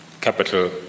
capital